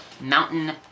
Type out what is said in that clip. Mountain